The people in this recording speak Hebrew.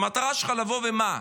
המטרה שלך לבוא, ומה?